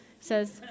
says